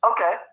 Okay